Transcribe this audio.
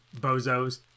bozos